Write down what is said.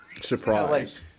surprise